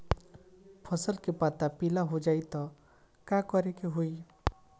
फसल के पत्ता पीला हो जाई त का करेके होई?